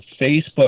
facebook